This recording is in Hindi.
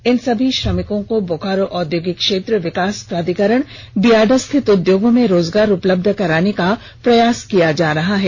इन सभी कुशल श्रमिकों को बोकारो औद्योगिक क्षेत्र विकास प्राधिकरणबियाडा स्थित उद्योगों में रोजगार उपलब्ध कराने का प्रयास किया जा रहा है